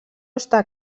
està